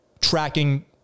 tracking